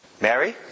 Mary